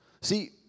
See